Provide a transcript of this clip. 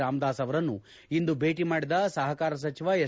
ರಾಮದಾಸ್ ಅವರನ್ನು ಇಂದು ಭೇಟಿ ಮಾಡಿದ ಸಹಕಾರ ಸಚಿವ ಎಸ್